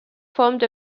formed